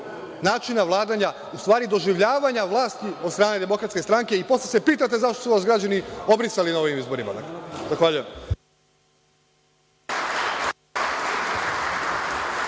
načina vladanja, u stvari doživljavanja vlasti od strane DS i posle se pitate zašto su vas građani obrisali na ovim izborima.